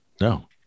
No